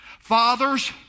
Fathers